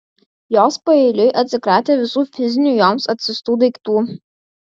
jos paeiliui atsikratė visų fizinių joms atsiųstų daiktų